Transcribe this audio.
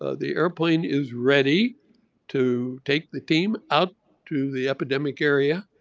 ah the airplane is ready to take the team out to the epidemic area,